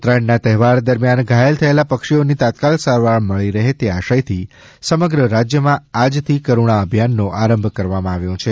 ઉત્તરાયણના તહેવાર દરમ્યાન ઘાયલ થયેલા પક્ષીઓને તાત્કાલીક સારવાર મળી રહે તે આશયથી સમગ્ર રાજ્યમાં આજથી કરૂણા અભિયાનનો આરંભ કરવામાં આવ્યો છે